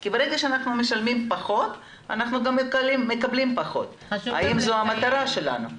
כי ברגע שאנחנו משלמים פחות אנחנו גם מקבלים פחות והאם זו המטרה שלנו.